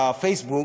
בפייסבוק.